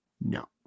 No